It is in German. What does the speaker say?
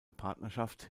partnerschaft